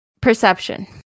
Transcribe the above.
Perception